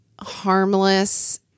harmless